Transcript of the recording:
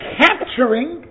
capturing